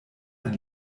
ein